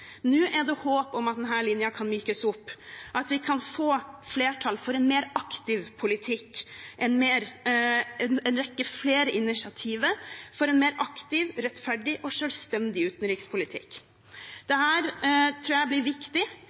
Nå er det håp om at denne linjen kan mykes opp, at vi kan få flertall for en mer aktiv politikk, en rekke flere initiativer for en mer aktiv, rettferdig og selvstendig utenrikspolitikk. Det tror jeg blir viktig,